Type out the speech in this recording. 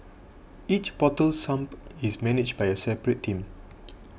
each portal sump is managed by a separate team